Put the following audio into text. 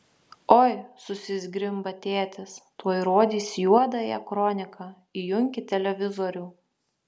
oi susizgrimba tėtis tuoj rodys juodąją kroniką įjunkit televizorių